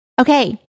Okay